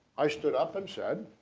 i stood up and said,